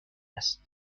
است